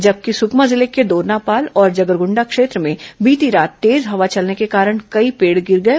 जबकि सुकमा जिले के दोरनापाल और जगरगुंडा क्षेत्र में बीती रात तेज हवा चलने के कारण कई पेड़ गिर गए